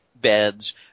beds